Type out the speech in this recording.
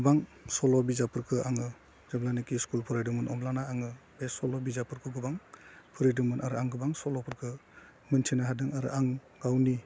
गोबां सल' बिजाबफोरखौ आङो जेब्लानोखि स्कुल फरायदोंमोन अब्लाना आङो बे सल' बिजाबफोरखौ गोबां फरायदोंमोन आरो आं गोबां सल'फोरखौ मोनथिनो हादों आरो आं गावनि